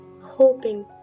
hoping